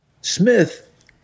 Smith